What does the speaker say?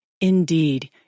Indeed